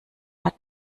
hat